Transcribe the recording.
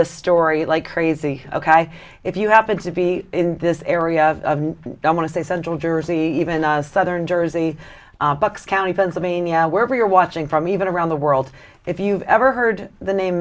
the story like crazy ok if you happen to be in this area i want to say central jersey even southern jersey bucks county pennsylvania wherever you're watching from even around the world if you've ever heard the name